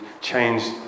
changed